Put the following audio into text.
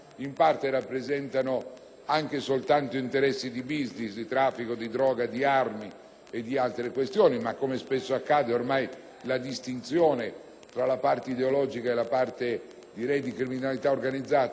anche soltanto interessi di *business*, di traffico di droga e di armi e di altre questioni; come spesso accade, ormai la distinzione tra la parte ideologica e quella di criminalità organizzata è estremamente difficile.